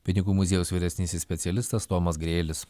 pinigų muziejaus vyresnysis specialistas tomas grėlis